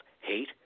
hate